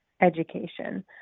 education